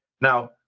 Now